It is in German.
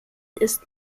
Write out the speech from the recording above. ist